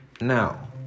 Now